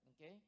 Okay